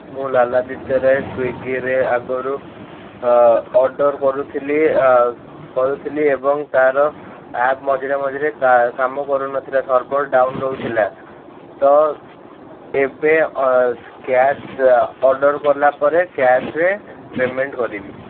ମୁଁ ଲାଲାଦିତ୍ୟ ରଏ ସ୍ଵିଗିରେ ଆଗରୁ ଅର୍ଡ଼ର୍ କରୁଥିଲି କରୁଥିଲି ଏବଂ ତାର ଆପ୍ ମଝିରେ ମଝିରେ କାମ କରୁନଥିଲା ସର୍ଭର ଡାଉନ ରହୁଥିଲା ତ ଏବେ କ୍ୟାସ ଅର୍ଡ଼ର୍ କଲା ପରେ କ୍ୟାସରେ ପେମେଣ୍ଟ କରିବି